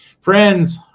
Friends